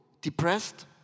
depressed